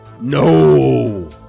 No